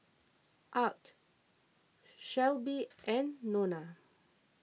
Arch Shelbi and Nona